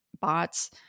bots